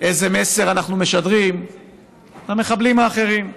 איזה מסר אנחנו משדרים למחבלים האחרים.